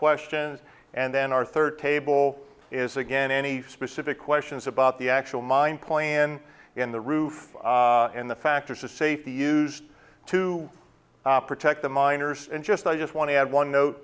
questions and then our third table is again any specific questions about the actual mine plan in the roof and the factors of safety used to protect the miners and just i just want to add one note